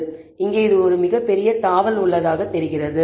எனவே இங்கே ஒரு மிக பெரிய தாவல் உள்ளதாக தெரிகிறது